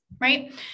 right